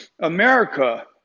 America